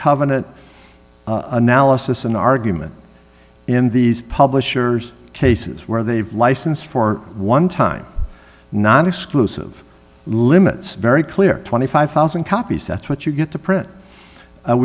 covenant analysis an argument in these publisher's cases where they've licensed for one time not exclusive limits very clear twenty five thousand copies that's what you get to print